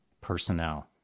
personnel